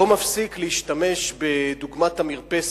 לא מפסיק להשתמש בדוגמת המרפסת,